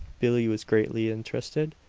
billie was greatly interested.